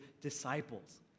disciples